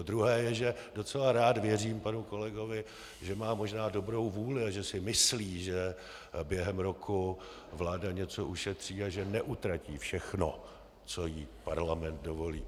Druhé je, že docela rád věřím panu kolegovi, že má možná dobrou vůli a že si myslí, že během roku vláda něco ušetří a že neutratí všechno, co jí parlament dovolí.